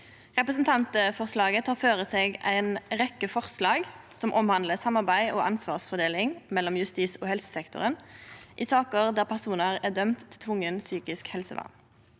Representantforslaget tek føre seg ei rekkje forslag som omhandlar samarbeid og ansvarsfordeling mellom justissektoren og helsesektoren i saker der personar er dømde til tvungent psykisk helsevern.